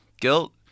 Guilt